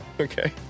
Okay